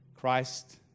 Christ